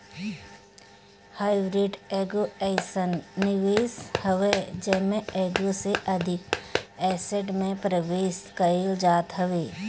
hybrid एगो अइसन निवेश हवे जेमे एगो से अधिक एसेट में निवेश कईल जात हवे